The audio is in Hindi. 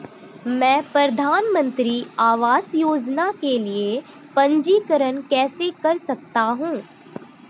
मैं प्रधानमंत्री आवास योजना के लिए पंजीकरण कैसे कर सकता हूं?